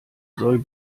soll